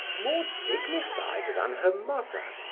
more dignified than her mother,